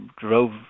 drove